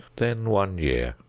then one year.